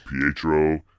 Pietro